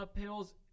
pills